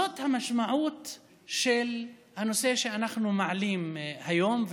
זאת המשמעות של הנושא שאנחנו מעלים היום,